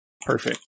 Perfect